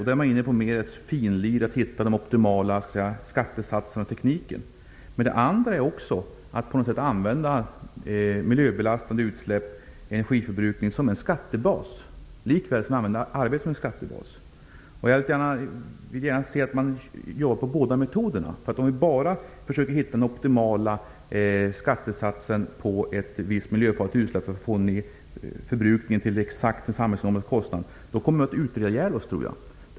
Där är vi inne på ett finlir för att hitta de optimala skattesatserna och tekniken. En annan sak är att använda miljöbelastande utsläpp och energiförbrukning som en skattebas likaväl som vi använder arbete som en skattebas. Jag vill gärna se att man jobbar med båda metoderna. Om vi bara försöker hitta den optimala skattesatsen på ett visst miljöfarligt utsläpp för att få ner förbrukningen exakt till den samhällsekonomiska kostnaden kommer vi att utreda ihjäl oss.